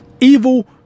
evil